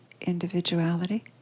individuality